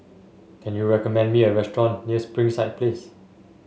can you recommend me a restaurant near Springside Place